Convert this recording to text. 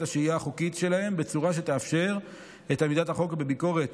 השהייה החוקית שלהם בצורה שתאפשר את עמידת החוק בביקורת